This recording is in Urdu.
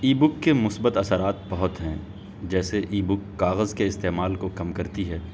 ای بک کے مثبت اثرات بہت ہیں جیسے ای بک کاغذ کے استعمال کو کم کرتی ہے